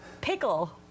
Pickle